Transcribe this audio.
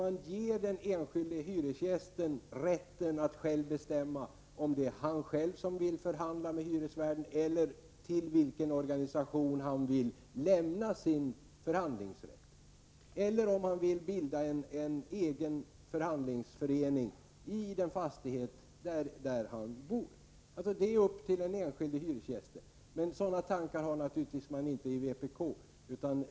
Man skall ge den enskilde hyresgästen rätt att bestämma om han själv vill förhandla med hyresvärden eller om han vill lämna sin förhandlingsrätt till någon organisation. Eller också vill han kanske bilda en egen förhandlingsförening i den fastighet där han bor. Den enskilde hyresgästen skall själv få bestämma detta. Sådana tankar har man naturligtvis inte i vpk.